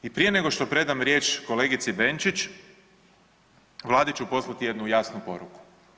I prije nego što predam riječ kolegici Benčić, vladi ću poslati jednu jasnu poruku.